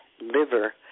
liver